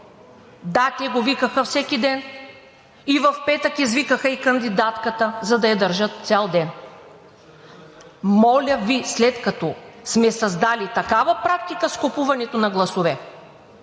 Да, те го викаха всеки ден. В петък извикаха и кандидатката, за да я държат цял ден. Моля Ви, след като сме създали такава практика с купуването на гласове,